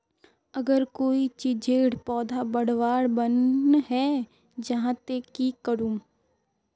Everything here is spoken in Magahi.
अगर कोई चीजेर पौधा बढ़वार बन है जहा ते की करूम?